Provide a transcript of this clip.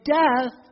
death